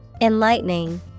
Enlightening